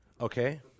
Okay